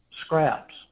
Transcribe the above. scraps